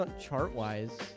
chart-wise